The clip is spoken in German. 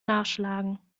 nachschlagen